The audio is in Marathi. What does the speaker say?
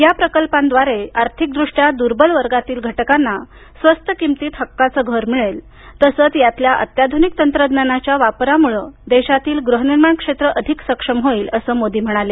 या प्रकल्पांद्वारे आर्थिकदृष्ट्या दुर्बल वर्गातील घटकांना स्वस्त किमतीत हक्काचं घर मिळेल तसंच यातल्या अत्याधूनिक तंत्रज्ञानाच्या वापरामुळे देशातील गृहनिर्माण क्षेत्र अधिक सक्षम होईल असं मोदी म्हणाले